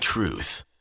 Truth